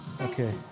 Okay